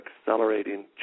accelerating